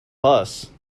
bus